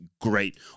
great